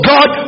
God